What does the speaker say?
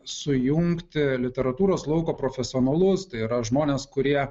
sujungti literatūros lauko profesionalus tai yra žmones kurie